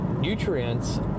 Nutrients